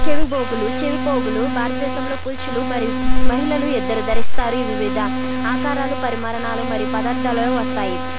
చెవిపోగులు చెవిపోగులు భారతదేశంలో పురుషులు మరియు మహిళలు ఇద్దరు ధరిస్తారు వివిధ ఆకారాలు పరిమాణాలు మరియు పదార్థాలలో వస్తాయి